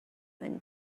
and